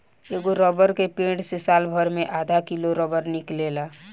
एगो रबर के पेड़ से सालभर मे आधा किलो रबर निकलेला